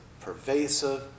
Pervasive